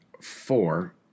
four